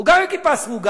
הוא גם עם כיפה סרוגה.